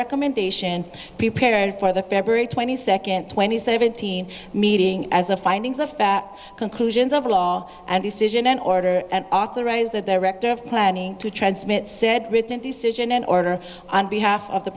recommendation p paired for the february twenty second twenty seventeen meeting as a findings of fact conclusions of law and decision an order and authorize a director of planning to transmit said written decision in order on behalf of the